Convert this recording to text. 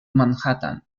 manhattan